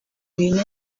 bintu